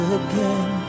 again